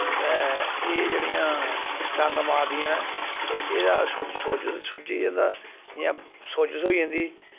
ते एह् जेह्ड़ियां डंग मारदियां न ते एह्दा सोज सोज सुज्जी जंदा इयां सोजिश होई जन्दी